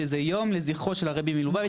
שזה יום לזכרו של הרבי מלובביץ'.